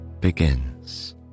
begins